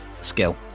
skill